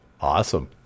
Awesome